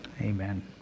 Amen